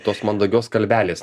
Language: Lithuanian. tos mandagios kalbelės